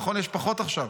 נכון, יש פחות עכשיו,